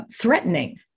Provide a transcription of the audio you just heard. threatening